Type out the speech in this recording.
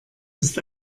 ist